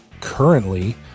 Currently